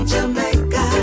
Jamaica